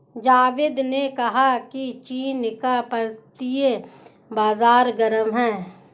जावेद ने कहा कि चीन का वित्तीय बाजार गर्म है